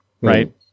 right